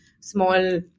small